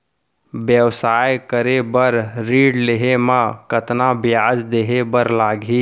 व्यवसाय करे बर ऋण लेहे म कतना ब्याज देहे बर लागही?